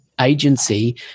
agency